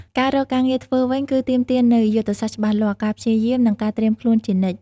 ការរកការងារធ្វើវិញ គឺទាមទារនូវយុទ្ធសាស្ត្រច្បាស់លាស់ ការព្យាយាម និងការត្រៀមខ្លួនជានិច្ច។